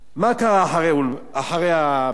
אם כן, אדוני היושב-ראש, מה קרה אחרי הברק?